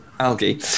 Algae